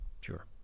sure